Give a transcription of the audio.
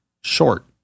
short